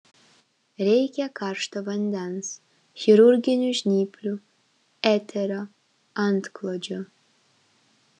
reikia karšto vandens chirurginių žnyplių eterio antklodžių